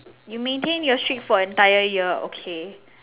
you maintain your streak for an entire year okay